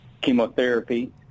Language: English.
chemotherapy